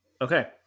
Okay